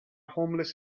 homeless